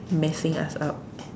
messing us up